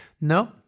No